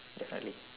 definitely